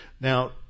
Now